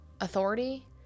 authority